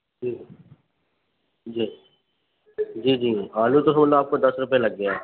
جی جی جی جی آلو تو سولہ آپ کو دس روپیہ لگ گیا